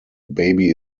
baby